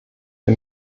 wir